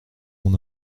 mon